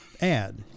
add